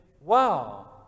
wow